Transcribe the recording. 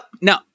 No